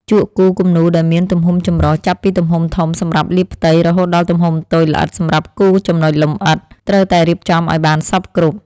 ជក់គូរគំនូរដែលមានទំហំចម្រុះ ចាប់ពីទំហំធំសម្រាប់លាបផ្ទៃ រហូតដល់ទំហំតូចល្អិតសម្រាប់គូរចំណុចលម្អិត ត្រូវតែរៀបចំឱ្យបានសព្វគ្រប់។